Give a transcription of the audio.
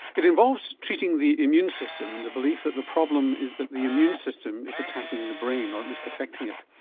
it involves treating the immune system in the belief that the problem is that the immune system is attacking the brain, or at least affecting it.